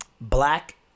Black